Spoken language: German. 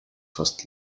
fast